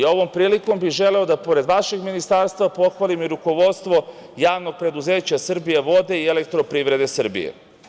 Ovom prilikom bih želeo da pored vašeg ministarstva pohvalim i rukovodstvo JP „Srbijavode“ i Elektroprivrede Srbije.